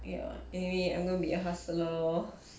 ya anyway I'm gonna be a hustler